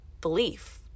belief